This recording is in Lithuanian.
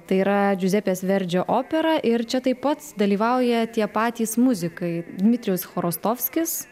tai yra džiuzepės verdžio opera ir čia taip pat dalyvauja tie patys muzikai dmitrijus chvorostovskis